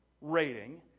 rating